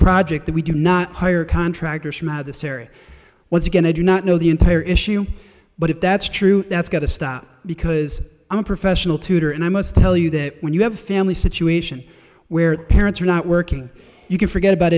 project that we do not hire contractors from this area once again i do not know the entire issue but if that's true that's because i'm a professional tutor and i must tell you that when you have a family situation where parents are not working you can forget about